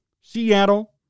Seattle